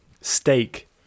Steak